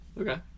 Okay